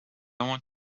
want